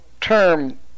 term